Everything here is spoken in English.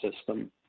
system